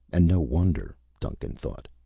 and no wonder, duncan thought.